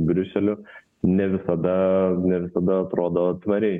briuseliu ne visada ne visada atrodo tvariai